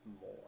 more